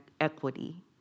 equity